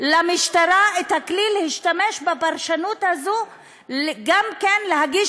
למשטרה כלי להשתמש בו גם כדי להגיש